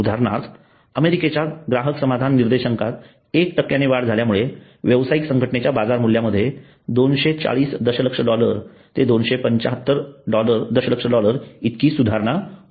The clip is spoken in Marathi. उदाहरणार्थ अमेरिकेच्या ग्राहक समाधान निर्देशांकात 1 वाढ झाल्यामुळे व्यवसायिक संघटनेच्या बाजार मूल्यामध्ये 240 दशलक्ष डॉलर ते 275 डॉलर दशलक्ष इतकी सुधारणा होऊ शकते